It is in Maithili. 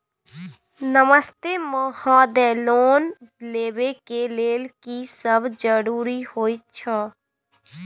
नमस्ते महोदय, लोन लेबै के लेल की सब जरुरी होय छै?